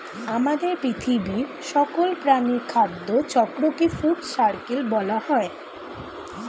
আমাদের পৃথিবীর সকল প্রাণীর খাদ্য চক্রকে ফুড সার্কেল বলা হয়